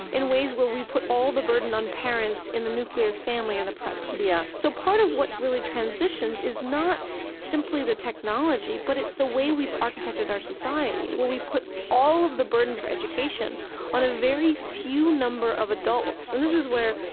in ways ways where we put all the burden on parents in the nuclear family in the present. yeah so part of what's really transitioned is not simply the technology, but it's the way we've architected our society, where we put all of the burden for education on a very few number of adults. and this is where,